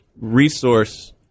resource